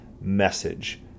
message